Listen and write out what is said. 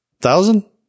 Thousand